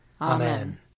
Amen